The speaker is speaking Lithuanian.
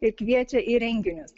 ir kviečia į renginius